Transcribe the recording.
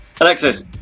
Alexis